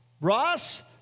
Ross